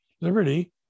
liberty